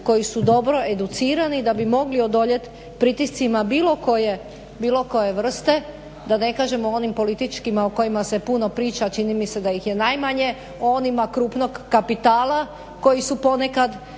koji su dobro educirani da bi mogli odoljet pritiscima bilo koje vrste, da ne kažemo onim političkima o kojima se puno priča, a čini mi se da ih je najmanje, o onima krupnog kapitala koji su ponekad